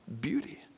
beauty